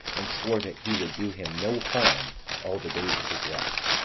and swore that he would do him no harm all the days of his life.